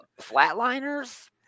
Flatliners